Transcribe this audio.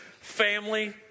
family